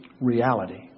Reality